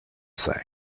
thing